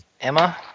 Emma